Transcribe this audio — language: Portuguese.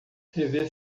rever